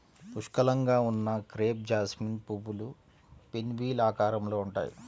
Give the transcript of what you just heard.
పుష్కలంగా ఉన్న crepe jasmine పువ్వులు పిన్వీల్ ఆకారంలో ఉంటాయి